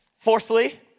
Fourthly